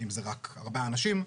אם זה רק ארבעה אנשים,